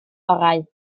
orau